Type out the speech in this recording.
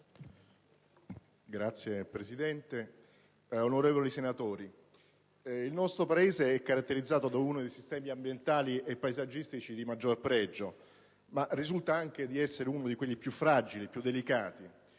Signora Presidente, onorevoli senatori, il nostro Paese è caratterizzato da uno dei sistemi ambientali e paesaggistici di maggior pregio, ma risulta essere anche tra i più fragili e delicati.